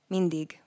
Mindig